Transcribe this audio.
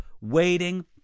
waiting